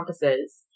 compasses